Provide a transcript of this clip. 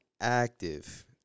active